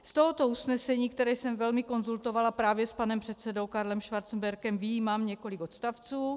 Z tohoto usnesení, které jsem velmi konzultovala právě s panem předsedou Karlem Schwarzenbergem, vyjímám několik odstavců: